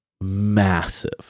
massive